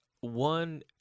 one